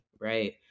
Right